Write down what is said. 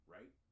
Right